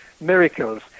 Miracles